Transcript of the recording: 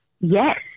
Yes